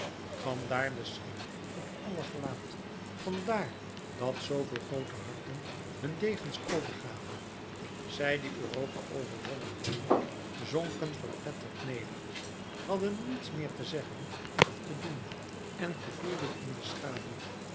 vandaar de schrik op aller gelaat vandaar dat zooveel groote harten hun degens overgaven zij die europa overwonnen hadden zonken verpletterd neder hadden niets meer te zeggen of te doen en gevoelden in de schaduw